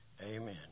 amen